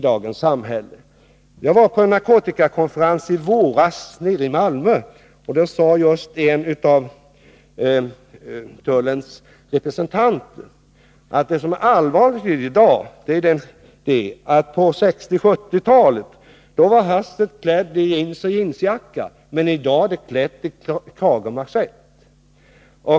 Jag var i våras på en narkotikakonferens nere i Malmö. Där sade en av tullens representanter att det allvarligaste är att det har skett en förändring: På 1960 och 1970-talen var haschet klätt i jeans och jeansjacka, i dag är det klätt i krage och manschett.